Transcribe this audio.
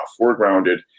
foregrounded